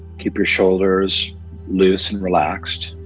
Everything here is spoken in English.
keep your shoulders loose and relaxed.